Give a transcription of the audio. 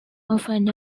offered